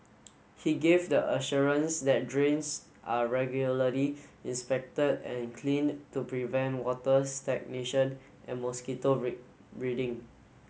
he gave the assurance that drains are regularly inspected and cleaned to prevent water stagnation and mosquito breeding